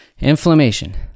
inflammation